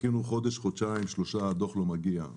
חיכינו חודש, חודשיים, שלושה, הדוח לא מגיע.